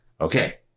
okay